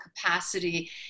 capacity